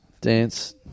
dance